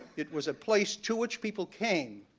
it was a place to which people came